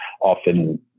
often